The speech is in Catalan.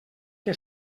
que